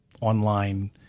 online